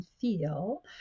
feel